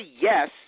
yes